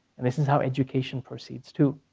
and this is how education proceeds, too.